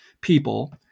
people